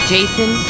Jason